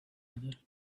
other